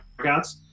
workouts